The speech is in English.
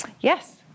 Yes